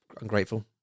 ungrateful